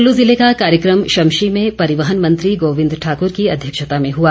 कल्लू जिले का कार्यक्रम शमशी में परिवहन मंत्री गोविंद ठाकर की अध्यक्षता में हुआ